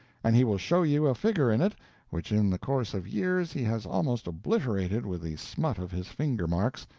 and he will show you a figure in it which in the course of years he has almost obliterated with the smut of his finger-marks,